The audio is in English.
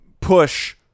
push